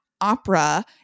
opera